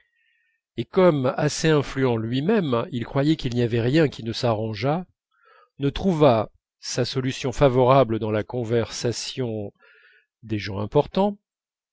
et comme assez influent lui-même il croyait qu'il n'y avait rien qui ne s'arrangeât ne trouvât sa solution favorable dans la conversation des gens importants